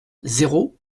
zéro